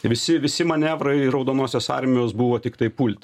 visi visi manevrai raudonosios armijos buvo tiktai pult